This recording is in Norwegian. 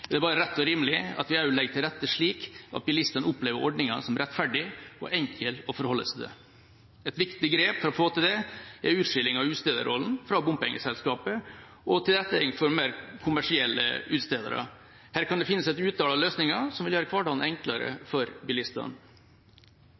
er det bare rett og rimelig at vi også legger til rette slik at bilistene opplever ordninga som rettferdig og enkel å forholde seg til. Et viktig grep for å få til det er utskilling av utstederrollen fra bompengeselskapet og tilrettelegging for mer kommersielle utstedere. Her kan det finnes et utall av løsninger som vil gjøre hverdagen enklere for bilistene.